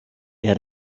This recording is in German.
der